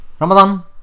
Ramadan